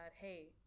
hey